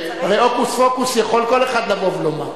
הרי הוקוס-פוקוס יכול כל אחד לבוא ולומר.